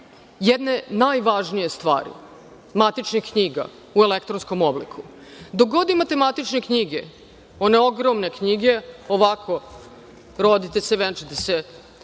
jedne, najvažnije stvari – matičnih knjiga u elektronskom obliku. Dok god imate matične knjige, one ogromne knjige, ovako, rodite se, venčate se,